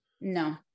No